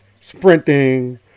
sprinting